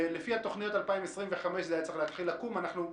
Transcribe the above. לפי התוכניות זה היה צריך להתחיל לקום ב-2025.